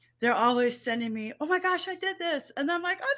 they're always sending me, oh my gosh, i did this. and i'm like,